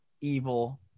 evil